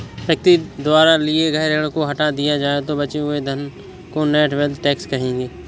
व्यक्ति द्वारा लिए गए ऋण को हटा दिया जाए तो बचे हुए धन को नेट वेल्थ टैक्स कहेंगे